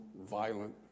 violent